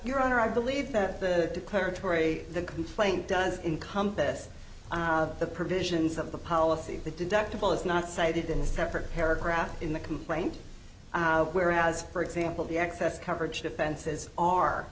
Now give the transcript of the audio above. your honor i believe that the declaratory the complaint does in compass of the provisions of the policy the deductable is not cited in a separate paragraph in the complaint whereas for example the excess coverage defenses are